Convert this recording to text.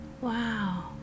wow